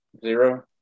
Zero